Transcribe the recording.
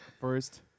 first